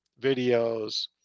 videos